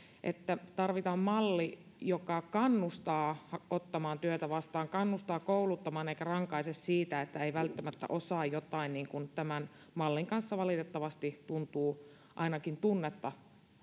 että tarvitaan malli joka kannustaa ottamaan työtä vastaan kannustaa kouluttautumaan eikä rankaise siitä että ei välttämättä osaa jotain niin kuin tämän mallin kanssa valitettavasti tuntuu ainakin tunnetta